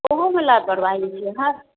ओहोमे लापरवाही भेलैए